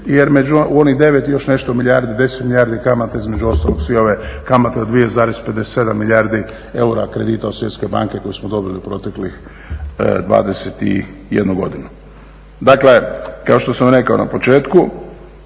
jer među onih 9 i još nešto milijardi 10 milijardi kamata između ostalog su i ove kamate 2,57 milijardi eura kredite od Svjetske banke koji smo dobili u proteklih 21 godinu. Dakle kao što sam rekao na početku